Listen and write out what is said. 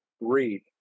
Read